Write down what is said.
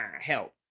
help